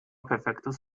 perfektes